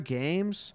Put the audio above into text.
games